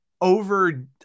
over-